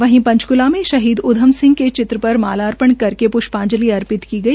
वहीं पंचकुला में शहीद उद्यम सिंह के चित्र पर मालापर्ण करके प्ष्पाजंलि अर्पितकी गई